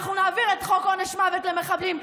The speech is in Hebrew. אנחנו נעביר את חוק עונש מוות למחבלים,